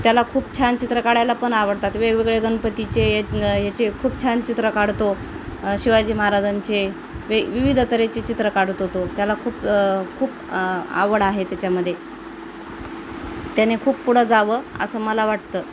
त्याला खूप छान चित्र काढायला पण आवडतात वेगवेगळे गणपतीचे या याचे खूप छान चित्र काढतो शिवाजी महाराजांचे वे विविध तऱ्हेचे चित्र काढतो तो त्याला खूप खूप आवड आहे त्याच्यामध्ये त्याने खूप पुढं जावं असं मला वाटतं